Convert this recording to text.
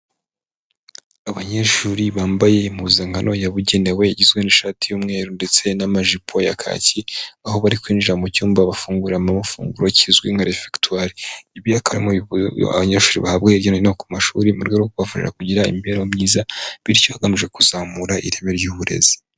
Abanyeshuri bambaye impuzankano yabugenewe igizwe n'ishati y'umweru ndetse n'amajipo ya kaki aho bari kwinjira mu cyumba bafungura amafunguro kizwi nka refegitwari ibyo abanyeshuri bahabwa hijya no hino ku mashuri mu rwego rwo kubafasha kugira imibereho myiza bityo hagamije kuzamura ireme ry'uburezi.